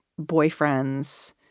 boyfriends